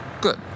good